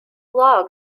log